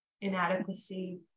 inadequacy